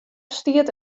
stiet